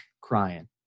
crying